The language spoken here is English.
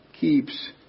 keeps